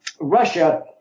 Russia